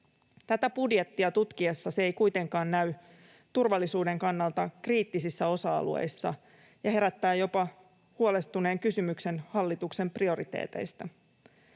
Tätä budjettia tutkittaessa se ei kuitenkaan näy turvallisuuden kannalta kriittisissä osa-alueissa ja herättää jopa huolestuneen kysymyksen hallituksen prioriteeteista.